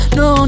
no